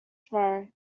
tomorrow